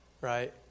right